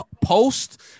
post